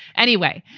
anyway,